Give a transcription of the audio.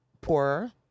poorer